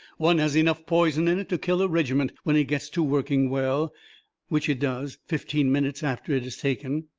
one has enough poison in it to kill a regiment when it gets to working well which it does fifteen minutes after it is taken.